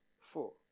four